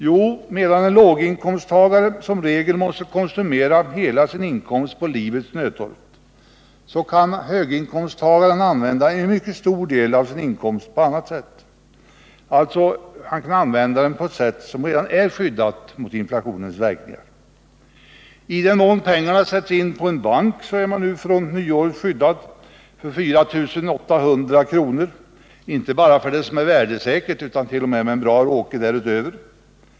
Jo, medan en låginkomsttagare som regel måste konsumera hela sin inkomst på 101 livets nödtorft, kan höginkomsttagaren använda en mycket stor del av sin inkomst på annat sätt. Han kan använda den på ett sätt som redan är skyddat mot inflationens verkningar. I den mån pengarna sätts in på bank har man fr.o.m. nyåret inflationsskydd för 4 800 kr. och en bra råge därutöver.